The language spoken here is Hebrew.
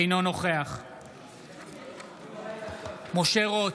אינו נוכח משה רוט,